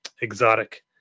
exotic